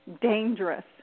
dangerous